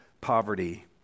poverty